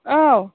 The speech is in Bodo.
औ